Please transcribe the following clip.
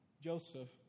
Joseph